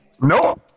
no